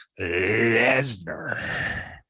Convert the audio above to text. Lesnar